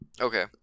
Okay